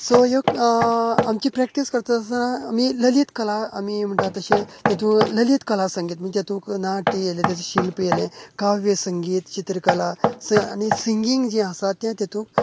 so ह्यो आमची practice करतास्ताना आमी ललीत कला आमी म्हणटात तशे तेतू ललीत कला संगीत म्हण तेजू नाट्य येले तेचे शिल्प येले काव्य संगीत चित्रकला आणी सिंगींग जे आसा ते तेतूंत